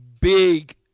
big